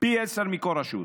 פי עשרה יותר מכל רשות.